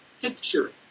picture